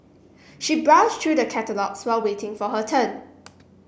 she browse through the catalogues while waiting for her turn